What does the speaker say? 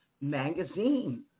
Magazine